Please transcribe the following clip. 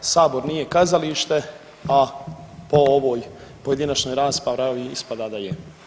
Sabor nije kazalište, a po ovoj pojedinačnoj raspravi ispada da je.